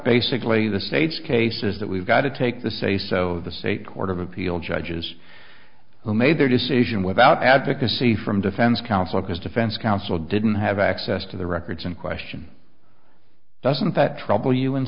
basically the state's case is that we've got to take the say so the state court of appeal judges who made their decision without advocacy from defense counsel because defense counsel didn't have access to the records in question doesn't that trouble you in